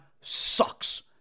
sucks